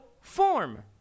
form